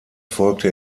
folgte